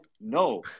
no